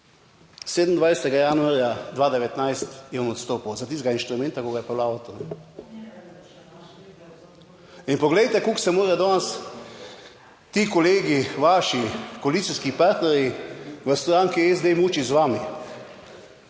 27. januarja 2019 je on odstopil zaradi tistega inštrumenta, ki ga je peljal v avtu. In poglejte, koliko se morajo danes ti kolegi, vaši koalicijski partnerji, v stranki SD mučiti z vami,